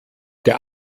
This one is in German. der